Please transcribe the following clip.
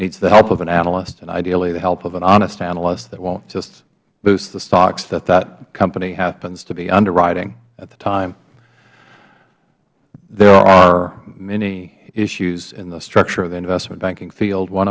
needs the help of an analyst and ideally the help of an honest analyst that won't just lose the stocks that that company happens to be underwriting at the time there are many issues in the structure of the investment banking field one